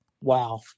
Wow